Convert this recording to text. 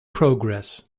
progress